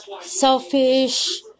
selfish